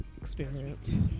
experience